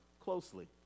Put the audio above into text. closely